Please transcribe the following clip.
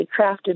crafted